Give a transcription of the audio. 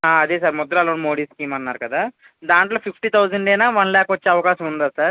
ఆ అదే sir Mudra loan Modi scheme అన్నారు కదా దాంట్లో ఫిఫ్టీ థౌజండ్ అయినా వన్ లాఖ్ వచ్చే అవకాశం ఉందా సార్